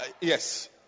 Yes